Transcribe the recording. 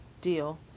deal